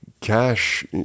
cash